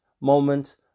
moment